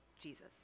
jesus